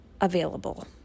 available